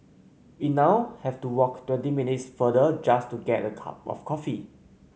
we now have to walk twenty minutes further just to get a cup of coffee